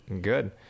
good